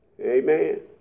Amen